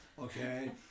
okay